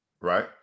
Right